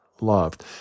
loved